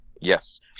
Yes